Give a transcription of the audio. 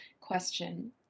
question